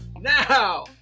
Now